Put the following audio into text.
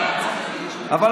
על מה הוא צריך להתבייש?